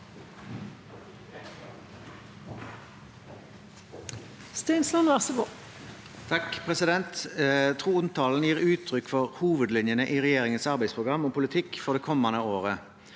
Stensland (H) Trontalen gir uttrykk for hovedlinjene i regjeringens arbeidsprogram og politikk for det kommende året.